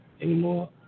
anymore